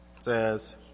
says